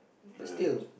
but still